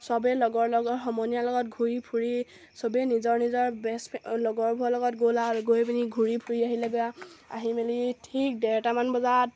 সবেই লগৰ লগৰ সমনীয়াৰ লগত ঘূৰি ফুৰি সবেই নিজৰ নিজৰ বেষ্ট ফেণ্ড লগৰবোৰৰ লগত গ'ল আৰু গৈ পিনি ঘূৰি ফুৰি আহিলৈগে আৰু আহি পিনি ঠিক ডেৰটামান বজাত